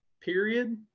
period